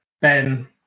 Ben